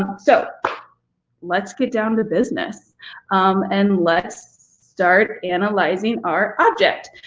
so let's get down to business and let's start analyzing our object.